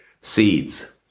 seeds